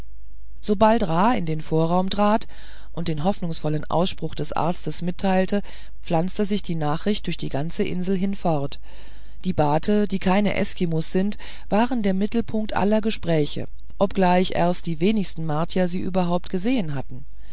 sobald ra in den vorraum trat und den hoffnungsvollen ausspruch des arztes mitteilte pflanzte sich die nachricht durch die ganze insel hin fort die bate die keine eskimos sind waren der mittelpunkt aller gespräche obgleich erst die wenigsten martier sie überhaupt gesehen hatten